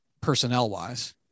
personnel-wise